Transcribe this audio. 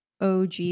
OG